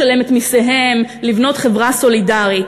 לשלם את מסיהם, לבנות חברה סולידרית.